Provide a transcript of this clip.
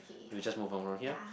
we'll just move on from here